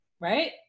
right